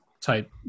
type